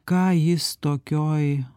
ką jis tokioj